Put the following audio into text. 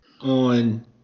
on